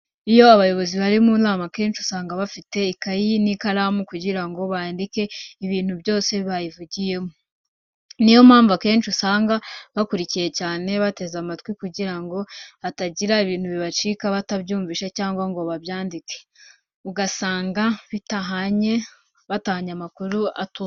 Iyo abayobozi bari mu nama akenshi usanga bafite ikayi n'ikaramu kugira ngo bandike ibintu byose byayivugiwemo. Niyo mpamvu akenshi usanga bakurikiye cyane kandi bateze amatwi kugira ngo hatagira ibintu bibacika batabyumvise cyangwa batabyanditse, ugasanga batahanye amakuru atuzuye.